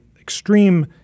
extreme